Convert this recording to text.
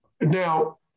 Now